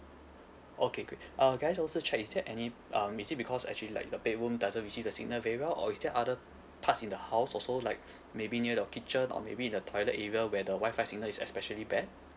okay great uh can I also check is there any um is it because actually like the bedroom doesn't receive the signal very well or is there other parts in the house also like maybe near your kitchen or maybe in the toilet area where the Wi-Fi signal is especially bad